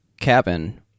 cabin